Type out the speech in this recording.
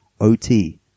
OT